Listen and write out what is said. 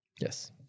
Yes